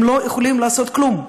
הם לא יכולים לעשות כלום.